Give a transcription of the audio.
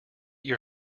your